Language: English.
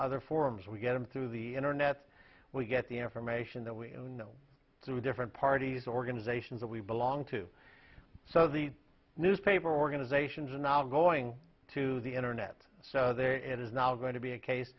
other forms we get them through the internet we get the information that we do know through different parties organizations that we belong to so the newspaper organizations are now going to the internet so there is now going to be a case